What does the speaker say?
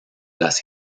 las